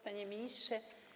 Panie Ministrze!